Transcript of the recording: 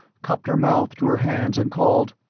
cupped her mouth to her hands and called,